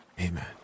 Amen